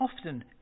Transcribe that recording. often